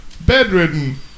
bedridden